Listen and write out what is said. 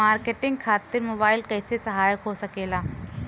Marketing खातिर mobile कइसे सहायक हो सकेला?